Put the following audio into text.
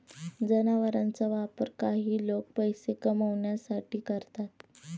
जनावरांचा वापर काही लोक पैसे कमावण्यासाठी करतात